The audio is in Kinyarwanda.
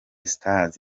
stars